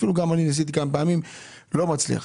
גם אני ניסיתי כמה פעמים, לא מצליח.